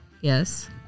Yes